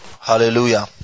Hallelujah